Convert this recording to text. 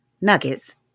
Nuggets